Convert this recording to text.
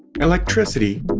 electricity